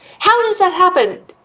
how does that happen?